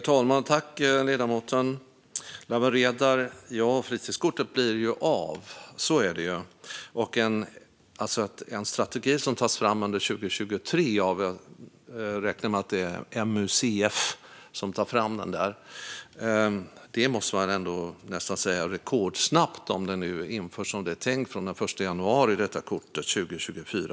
Herr talman! Fritidskortet blir av, Lawen Redar. Om strategin tas fram under 2023, vilket jag räknar med att MUCF ska göra, och kortet införs som tänkt den 1 januari 2024 måste det sägas vara rekordsnabbt.